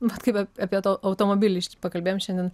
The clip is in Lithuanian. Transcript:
vat kaip apie tą automobilį pakalbėjom šiandien